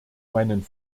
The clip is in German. meinen